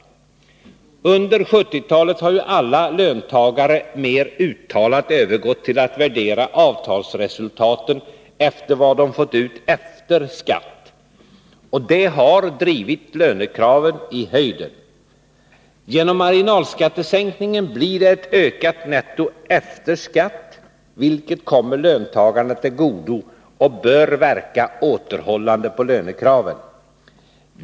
Under 1970-talet har ju alla löntagare mer uttalat övergått till att värdera avtalsresultaten med hänsyn till vad de fått ut efter skatt. Det har drivit lönekraven i höjden. Genom marginalskattesänkningen blir det ett större netto efter skatt, vilket kommer löntagarna till godo och bör verka återhållande på lönekraven.